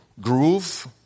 groove